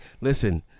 Listen